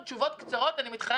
אני מבקשת